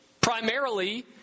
primarily